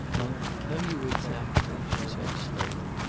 i'll tell you exactly, she said, slowly.